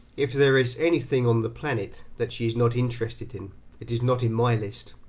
if there is anything on the planet that she is not interested in it is not in my list.